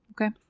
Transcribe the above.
Okay